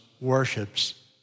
worships